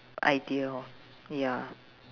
idea lor ya